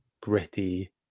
gritty